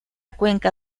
cuenca